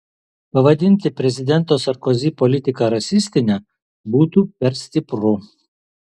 pavadinti prezidento sarkozi politiką rasistine būtų per stipru